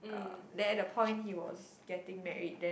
uh there the point he was getting married then